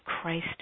Christ